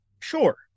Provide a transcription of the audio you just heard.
sure